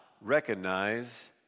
recognize